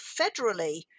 federally